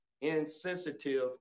insensitive